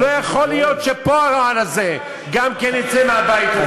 לא יכול להיות שהרעל הזה פה גם כן יצא מהבית הזה.